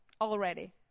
already